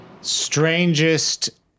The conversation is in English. Strangest